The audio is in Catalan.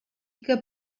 que